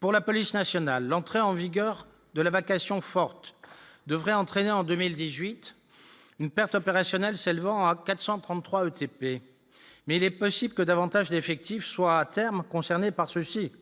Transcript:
pour la police nationale, l'entrée en vigueur de la vacation forte devrait entraîner en 2018 une perte opérationnelle celle vend à 433 ETP, mais il est possible que davantage d'effectifs soit à terme concerner par ce si